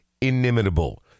inimitable